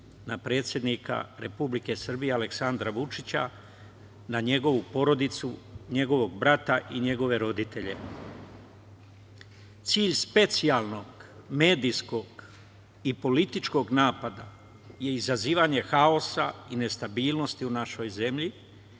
na predsednika Republike Srbije Aleksandra Vučića, na njegovu porodicu, njegovog brata i njegove roditelje. Cilj specijalnog medijskog i političkog napada je izazivanje haosa i nestabilnosti u našoj zemlji